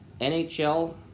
NHL